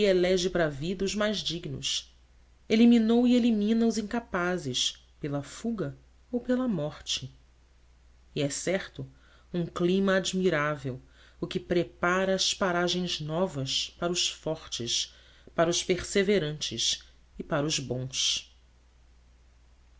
elege para a vida os mais dignos eliminou e elimina os incapazes pela fuga ou pela morte e é por certo um clima admirável o que prepara as paragens novas para os fortes para os perseverantes e para os bons